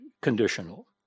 conditional